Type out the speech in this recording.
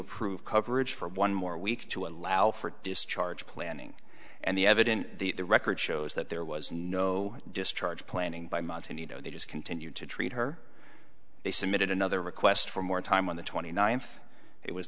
approve coverage for one more week to allow for discharge planning and the evident that the record shows that there was no discharge planning by month and you know they just continued to treat her they submitted another request for more time on the twenty ninth it was